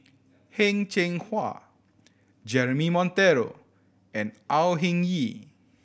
Heng Cheng Hwa Jeremy Monteiro and Au Hing Yee